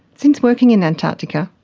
since working in antarctica,